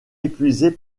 épuisés